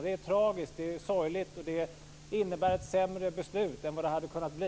Det är tragiskt, sorgligt, och det innebär ett sämre beslut än vad det hade kunnat bli.